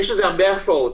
יש לזה הרבה השפעות.